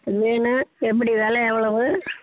வேணும் எப்படி வெலை எவ்வளவு